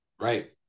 right